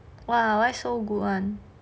!wow! why so good [one]